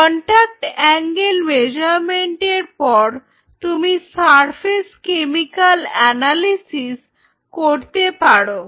contact angle মেজারমেন্টের পর তুমি সারফেস কেমিকাল অ্যানালিসিস করতে পারো